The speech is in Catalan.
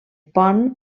pont